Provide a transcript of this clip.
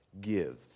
give